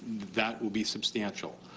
that will be substantial.